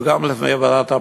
וגם לפני ועדת הפנים,